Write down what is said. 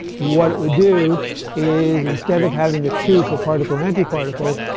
what it would do is, instead of having the two for particle anti-particle,